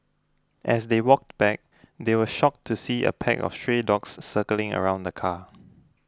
as they walked back they were shocked to see a pack of stray dogs circling around the car